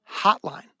hotline